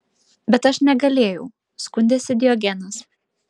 bet aš negalėjau skundėsi diogenas